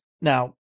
Now